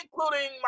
including